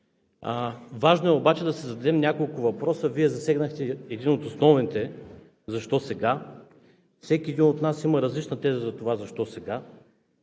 Важно е обаче да си зададем няколко въпроса. Вие засегнахте един от основните – защо сега? Всеки един от нас има различна теза за това, защо сега?